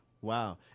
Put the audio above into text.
Wow